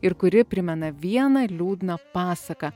ir kuri primena vieną liūdną pasaką